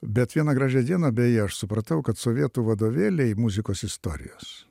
bet vieną gražią dieną beje aš supratau kad sovietų vadovėliai muzikos istorijos